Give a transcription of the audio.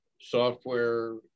software